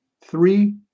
Three